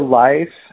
life